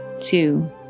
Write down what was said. two